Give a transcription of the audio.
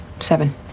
Seven